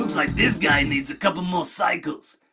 like this guy needs a couple more cycles.